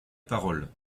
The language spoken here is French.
parole